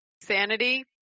sanity